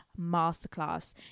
masterclass